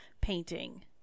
painting